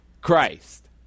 Christ